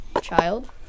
child